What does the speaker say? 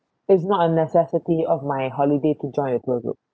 it's not a necessity of my holiday to join a tour group